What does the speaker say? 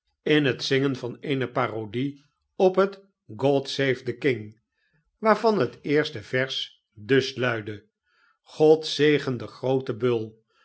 in het zingen van eene parodie op het god save the king waarvan het eerste vers dus luidde god zegen den grooten bull